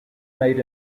made